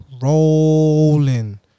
Rolling